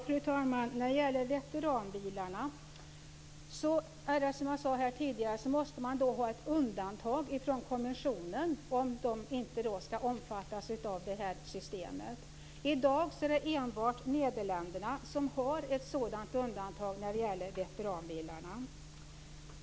Fru talman! När det gäller veteranbilarna måste man, som jag sade tidigare, ha ett undantag från kommissionen om de inte skall omfattas av systemet. I dag är det enbart Nederländerna som har ett sådant undantag för veteranbilarna.